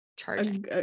charging